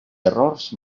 errors